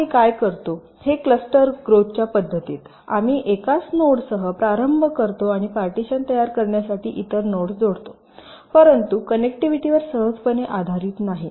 आता आम्ही काय करतो हे क्लस्टर ग्रोथच्या पद्धतीत आम्ही एकाच नोडसह प्रारंभ करतो आणि पार्टीशन तयार करण्यासाठी इतर नोड्स जोडतो परंतु कनेक्टिव्हिटीवर सहजपणे आधारित नाही